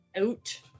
out